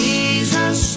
Jesus